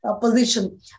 position